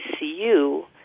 ICU